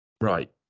right